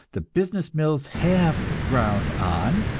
the business mills have ground on,